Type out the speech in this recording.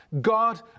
God